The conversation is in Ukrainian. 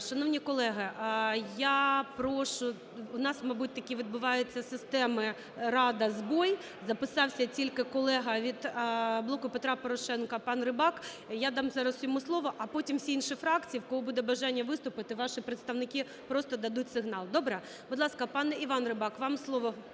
Шановні колеги, я прошу, у нас, мабуть, такий відбувається системи "Рада" збій, записався тільки колега від "Блоку Петра Порошенка" пан Рибак. Я дам зараз йому слово, а потім всі інші фракції, в кого буде бажання виступити, ваші представники просто дадуть сигнал. Добре? Будь ласка, пан Іван Рибак. Вам слово.